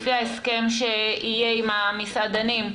לפי ההסכם שיהיה עם המסעדנים,